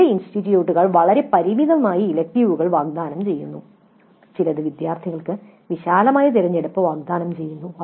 ചില ഇൻസ്റ്റിറ്റ്യൂട്ടുകൾ വളരെ പരിമിതമായ ഇലക്ടീവുകൾ വാഗ്ദാനം ചെയ്യുന്നു ചിലത് വിദ്യാർത്ഥികൾക്ക് വിശാലമായ തിരഞ്ഞെടുപ്പ് വാഗ്ദാനം ചെയ്യുന്നു